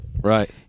Right